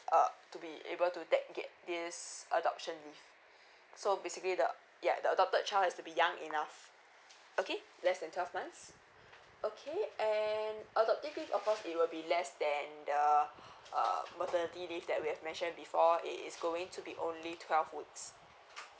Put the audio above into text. err to be able to take get this adoption leave so basically the ya the adopted child has to be young enough okay less than twelve months okay and adoptive leave of course it will be less than the um maternity leave that we have mentioned before it is going to be only twelve weeks